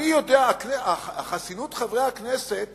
חסינות חברי הכנסת